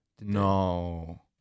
no